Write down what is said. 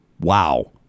wow